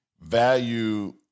value